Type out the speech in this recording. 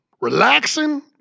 relaxing